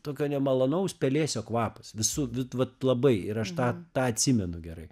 tokio nemalonaus pelėsio kvapas visu vit vat labai ir aš tą tą atsimenu gerai